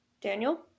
Daniel